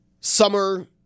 summer